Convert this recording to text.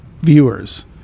viewers